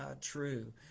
true